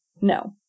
No